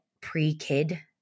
pre-kid